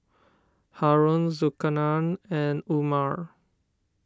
Haron Zulkarnain and Umar